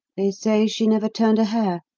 they say she never turned a hair.